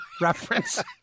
reference